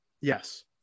yes